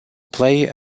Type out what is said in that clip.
play